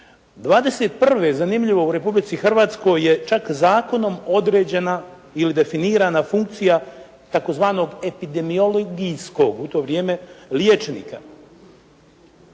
1921., zanimljivo u Republici Hrvatskoj je čak zakonom određena ili definirana funkcija tzv. epidemiologijskog u to vrijeme liječnika.